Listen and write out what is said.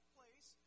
place